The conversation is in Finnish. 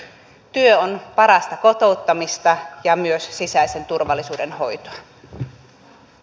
työ on parasta kotouttamista ja myös sisäisen turvallisuuden hoitoa